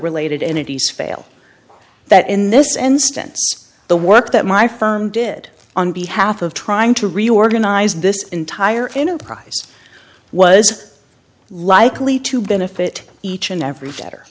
related energies fail that in this instance the work that my firm did on behalf of trying to reorganize this entire enterprise was likely to benefit each and every